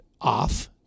off